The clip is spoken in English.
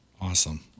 Awesome